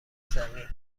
زمین